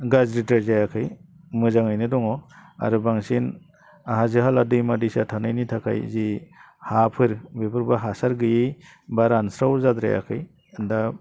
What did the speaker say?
गाज्रिद्राय जायाखै मोजाङैनो दङ आरो बांसिन हाजो हाला दैमा दैसा थानायनि थाखाय जि हाफोर बेफोरबो हासार गैयै बा रानस्राव जाद्रायाखै दा